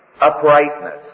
uprightness